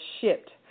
shipped